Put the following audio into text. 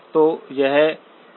तो यह कहीं 20 KHz के आसपास है